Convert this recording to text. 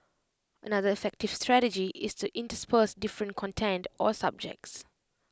another effective strategy is to intersperse different content or subjects